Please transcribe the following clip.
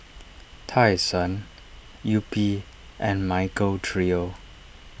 Tai Sun Yupi and Michael Trio